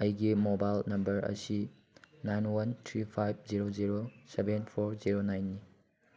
ꯑꯩꯒꯤ mobile number ꯑꯁꯤ nine one three five zero zero seven four zero ꯅꯥꯏꯟꯅꯤ